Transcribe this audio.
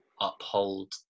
uphold